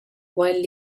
while